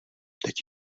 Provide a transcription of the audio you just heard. teď